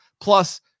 Plus